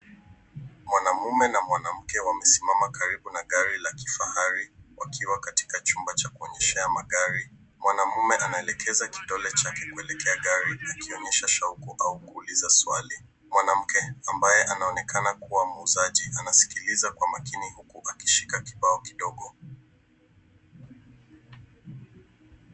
Mwanaume na mwanamke wamesimama karibu na gari la kifahari wakiwa katika chumba cha kuonyeshea magari. Mwanaume anaelekeza kidole chake kuelekea gari ikionyesha shauku au kuuliza swali. Mwanamke ambaye anaonekana kuwa muuzaji anasikiliza kwa makini huku akishika kibao kidogo.